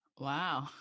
Wow